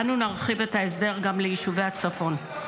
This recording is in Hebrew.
אנו נרחיב את ההסדר גם ליישובי הצפון.